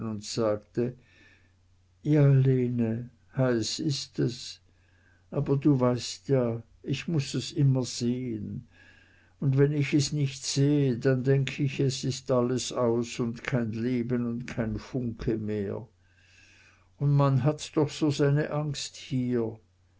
sagte ja lene heiß ist es aber du weißt ja ich muß es immer sehn und wenn ich es nicht sehe dann denk ich es ist alles aus und kein leben und kein funke mehr und man hat doch so seine angst hier